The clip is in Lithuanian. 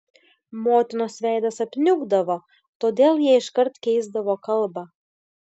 motinos veidas apniukdavo todėl jie iškart keisdavo kalbą